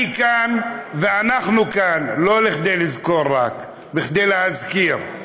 אני כאן, ואנחנו כאן לא רק כדי לזכור, כדי להזכיר.